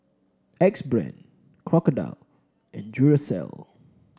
Axe Brand Crocodile and Duracell